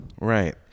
Right